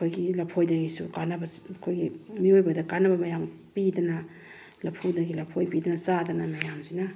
ꯑꯩꯈꯣꯏꯒꯤ ꯂꯐꯣꯏꯗꯒꯤꯁꯨ ꯀꯥꯟꯅꯕ ꯑꯩꯈꯣꯏꯒꯤ ꯃꯤꯑꯣꯏꯕꯗ ꯀꯥꯟꯅꯕ ꯃꯌꯥꯝ ꯄꯤꯗꯅ ꯂꯐꯨꯗꯒꯤ ꯂꯐꯣꯏ ꯄꯤꯗꯅ ꯆꯥꯗꯅ ꯃꯌꯥꯝꯁꯤꯅ